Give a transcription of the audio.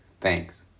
Thanks